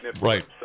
Right